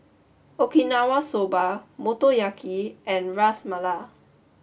Okinawa Soba Motoyaki and Ras Malai